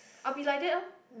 I'll be like that orh